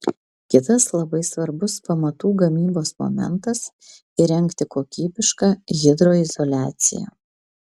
kitas labai svarbus pamatų gamybos momentas įrengti kokybišką hidroizoliaciją